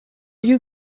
you